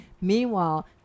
Meanwhile